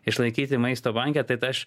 išlaikyti maisto banke